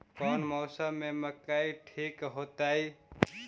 कौन मौसम में मकई ठिक होतइ?